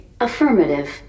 Affirmative